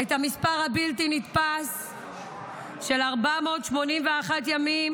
את המספר הבלתי-נתפס של 481 ימים